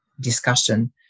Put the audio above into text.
discussion